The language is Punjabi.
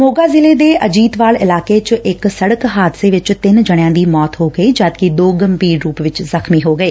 ਮੋਗਾ ਜ਼ਿਲ਼ੇ ਦੇ ਅਜੀਤਵਾਲ ਇਲਾਕੇ ਚ ਇਕ ਸੜਕ ਹਾਦਸੇ ਵਿਚ ਤਿੰਨ ਜਣਿਆ ਦੀ ਮੌਤ ਹੋ ਗਈ ਜਦਕਿ ਦੋ ਗੰਭੀਰ ਰੁਪ ਵਿੱਚ ਜ਼ਖਮੀ ਹੋ ਗਏ